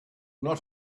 not